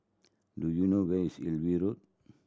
do you know where is Hillview Road